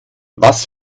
was